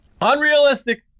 Unrealistic